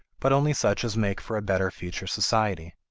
but only such as make for a better future society.